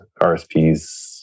RSPs